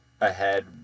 ahead